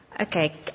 Okay